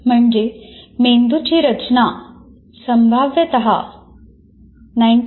म्हणजे मेंदूची रचना संभाव्यत 99